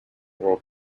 world